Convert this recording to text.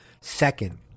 second